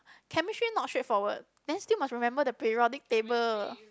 chemistry not straightforward then still must remember the periodic table